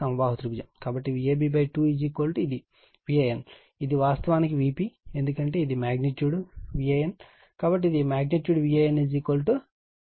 కాబట్టి Vab 2 ఇది Van ఇది వాస్తవానికి Vp ఎందుకంటే ఇది మాగ్నిట్యూడ్ Van కాబట్టి ఇది Van Vp